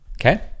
Okay